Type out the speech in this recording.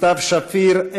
סתיו שפיר,